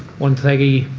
wonthaggi,